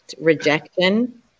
rejection